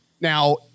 Now